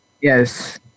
Yes